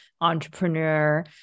entrepreneur